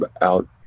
out